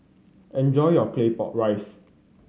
enjoy your Claypot Rice